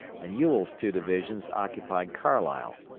and ewell's two divisions occupied carlisle,